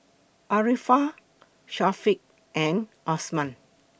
Arifa Syafiqah and Osman